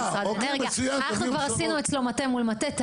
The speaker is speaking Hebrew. אנחנו כבר עשינו מול המנכ"ל שיחות מטה מול מטה.